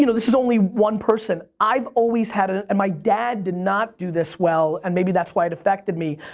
you know this is only one person, i've always had, and my dad did not do this well, and maybe that's why it affected me,